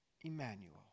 Emmanuel